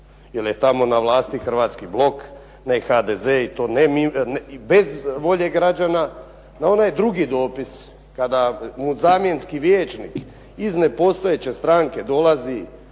jer je tamo na vlasti Hrvatski blok, ne HDZ i to bez volje građana na onaj drugi dopis kada mu zamjenski rječnik iz nepostojeće stranke dolazi